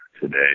today